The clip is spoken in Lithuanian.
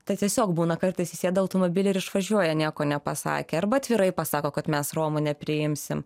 tai tiesiog būna kartais įsėda automobilį ir išvažiuoja nieko nepasakę arba atvirai pasako kad mes romų nepriimsim